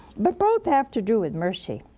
but both have to do with mercy.